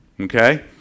Okay